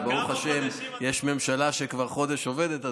וברוך השם יש ממשלה שכבר חודש עובדת.